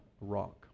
rock